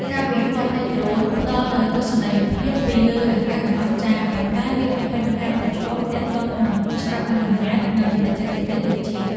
ការវិវត្តនៃដ្រូន ផ្ដល់នូវទស្សនីយភាពពីលើអាកាសដ៏អស្ចារ្យ ប៉ុន្តែវាមានបញ្ហាប្រឈមទាក់ទងនឹងច្បាប់អនុញ្ញាត និងបច្ចេកទេសបញ្ជា។